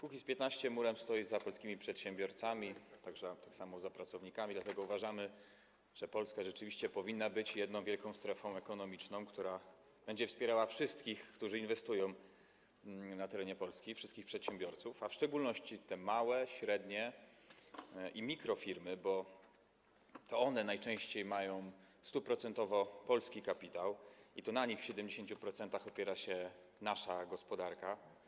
Kukiz’15 murem stoi za polskimi przedsiębiorcami, a także tak samo za pracownikami, dlatego uważamy, że Polska rzeczywiście powinna być jedną wielką strefą ekonomiczną, która będzie wspierała wszystkich, którzy inwestują na terenie Polski, wszystkich przedsiębiorców, a w szczególności te małe, średnie i mikrofirmy, bo to one najczęściej mają 100-procentowo polski kapitał i to na nich w 70% opiera się nasza gospodarka.